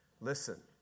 listen